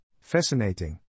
Fascinating